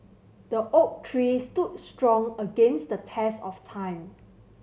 the oak tree stood strong against the test of time